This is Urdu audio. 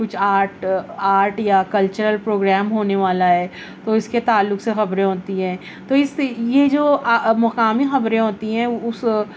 کچھ آرٹ آرٹ یا کلچرل پروگرام ہونے والا ہے تو اس کے تعلق سے خبریں ہوتی ہیں تو اس سے یہ جو مقامی خبریں ہوتی ہیں اس